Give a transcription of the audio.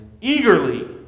eagerly